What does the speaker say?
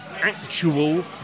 actual